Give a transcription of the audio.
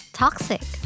toxic